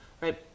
right